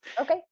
Okay